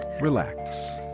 relax